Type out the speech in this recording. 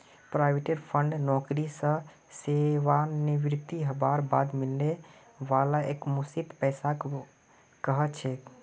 provident fund नौकरी स सेवानृवित हबार बाद मिलने वाला एकमुश्त पैसाक कह छेक